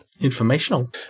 Informational